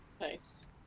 Nice